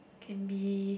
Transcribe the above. can be